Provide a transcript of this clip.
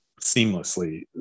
seamlessly